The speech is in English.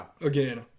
Again